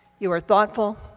you are thoughtful,